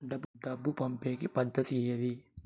డబ్బు పంపేకి పద్దతి ఏది